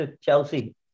Chelsea